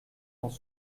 dans